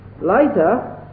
Later